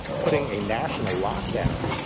putting a national lock down,